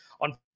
on